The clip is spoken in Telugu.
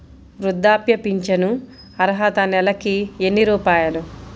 వృద్ధాప్య ఫింఛను అర్హత నెలకి ఎన్ని రూపాయలు?